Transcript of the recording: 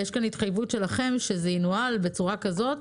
ויש כאן התחייבות שלכם שזה ינוהל בצורה כזאת